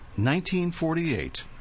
1948